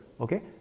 okay